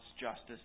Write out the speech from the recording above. justice